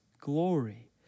glory